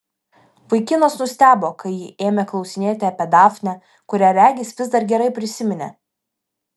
vaikinas nustebo kai ji ėmė klausinėti apie dafnę kurią regis vis dar gerai prisiminė